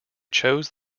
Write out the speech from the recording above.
chose